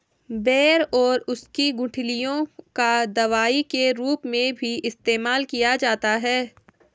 बेर और उसकी गुठलियों का दवाई के रूप में भी इस्तेमाल किया जाता है